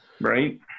right